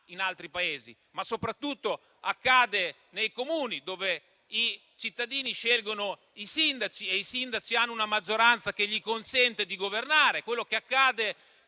in altri Paesi, ma soprattutto nei Comuni, dove i cittadini scelgono i sindaci e i sindaci hanno una maggioranza che consente loro di governare; è quello che accade